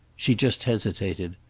she just hesitated.